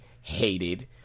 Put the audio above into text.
hated